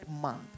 month